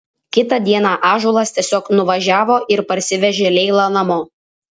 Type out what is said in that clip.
kitą dieną ąžuolas tiesiog nuvažiavo ir parsivežė leilą namo